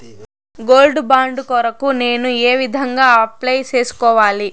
Gold bond కొరకు నేను ఏ విధంగా అప్లై సేసుకోవాలి?